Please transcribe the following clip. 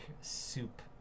soup